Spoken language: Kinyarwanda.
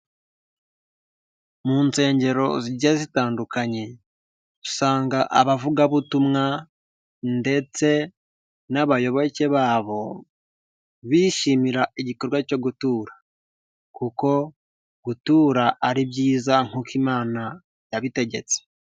Mu nsengero zigiye zitandukanye usanga abavugabutumwa ndetse n'abayoboke babo bishimira igikorwa cyo gutura kuko gutura ari byiza nkuko Imana yabitegetse.